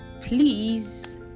please